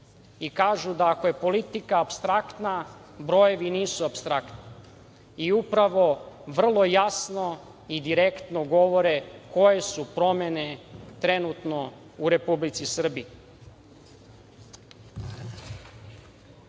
i kažu da, ako je politika apstraktna, brojevi nisu apstraktni i upravo vrlo jasno i direktno govore koje su promene trenutno u Republici